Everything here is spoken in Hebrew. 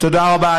תודה רבה.